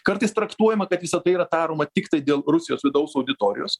kartais traktuojama kad visa tai yra taroma tiktai dėl rusijos vidaus auditorijos